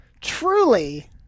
truly